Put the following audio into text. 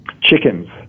Chickens